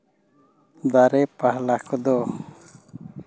ᱫᱟᱨᱮ ᱯᱟᱞᱟ ᱠᱚᱫᱚ